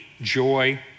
joy